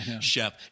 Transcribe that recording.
chef